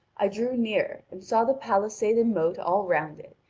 i drew near and saw the palisade and moat all round it,